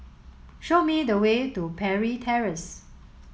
show me the way to Parry Terrace